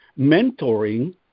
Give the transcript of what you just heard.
mentoring